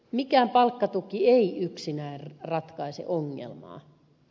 mikään palkkatuki ei yksinään ratkaise ongelmaa